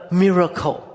miracle